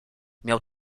miał